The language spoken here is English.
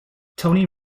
tony